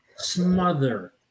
smother